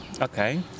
okay